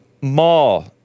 mall